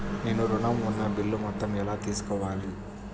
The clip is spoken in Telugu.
నేను ఋణం ఉన్న బిల్లు మొత్తం ఎలా తెలుసుకోవాలి?